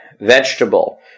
vegetable